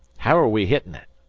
how are we hitting it?